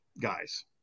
guys